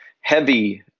heavy